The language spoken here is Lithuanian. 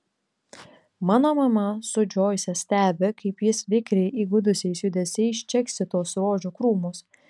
mano mama su džoise stebi kaip jis vikriai įgudusiais judesiais čeksi tuos rožių krūmus